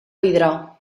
vidrà